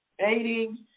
Aiding